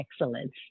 excellence